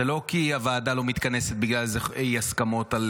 זה לא כי הוועדה לא מתכנסת בגלל אי-הסכמות על